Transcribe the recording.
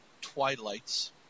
Twilight's